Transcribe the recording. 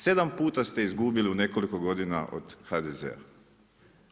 Sedam puta ste izgubili u nekoliko godina od HDZ-a.